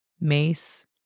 mace